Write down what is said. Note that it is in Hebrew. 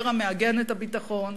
הסדר המעגן את הביטחון,